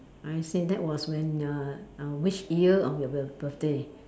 I see that was when uh uh which year of your bir~ birthday